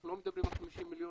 אנחנו לא מדברים על 50 מיליון,